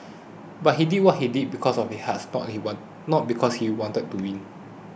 but he did what he did because of his heart and not because he wanted to win